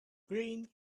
green